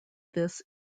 this